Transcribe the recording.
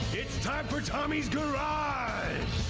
it's time for tommy's garage!